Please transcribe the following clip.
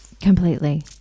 Completely